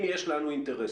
אם יש לנו אינטרס,